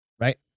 right